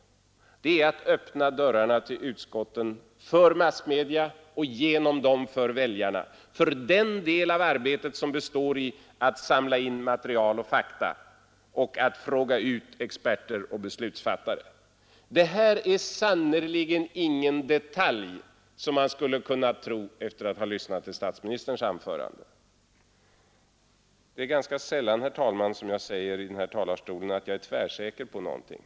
Det är att öppna dörrarna till utskotten för massmedia — och genom dem för väljarna för den del av arbetet som består i att samla in material och fakta och att fråga ut experter och beslutsfattare. Detta är sannerligen ingen detalj, vilket man skulle kunna tro efter att ha lyssnat till statsministerns anförande. Det är ganska sällan som jag i denna talarstol säger att jag är tvärsäker på något.